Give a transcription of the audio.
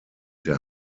der